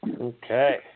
Okay